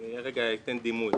אתן דימוי,